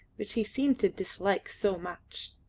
which he seemed to dislike so much.